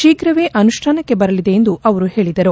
ಶೀಘ್ರವೇ ಅನುಷ್ಠಾನಕ್ಕೆ ಬರಲಿದೆ ಎಂದು ಅವರು ಹೇಳಿದರು